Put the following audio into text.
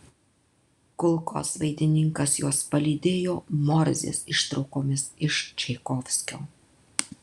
kulkosvaidininkas juos palydėjo morzės ištraukomis iš čaikovskio